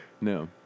No